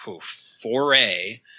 foray